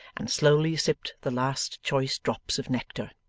and slowly sipped the last choice drops of nectar.